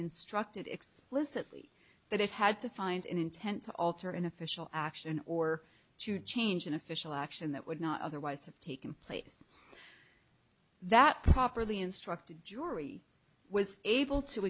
instructed explicitly that it had to find an intent to alter an official action or to change an official action that would not otherwise have taken place that properly instructed the jury was able to